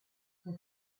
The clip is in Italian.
per